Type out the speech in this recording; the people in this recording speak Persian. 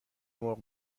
مرغ